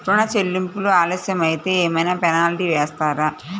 ఋణ చెల్లింపులు ఆలస్యం అయితే ఏమైన పెనాల్టీ వేస్తారా?